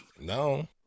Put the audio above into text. No